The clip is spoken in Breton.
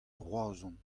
roazhon